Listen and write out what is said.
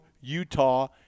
utah